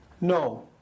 No